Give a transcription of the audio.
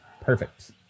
Perfect